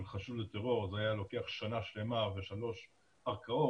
חשוד בטרור זה היה לוקח שנה שלמה ושלוש ערכאות,